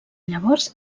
llavors